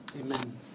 amen